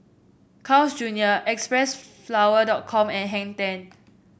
Carl's Junior X Press flower dot com and Hang Ten